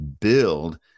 build